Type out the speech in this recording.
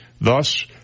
Thus